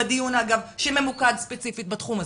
בדיון שממוקד ספציפית בתחום הזה.